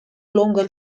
longer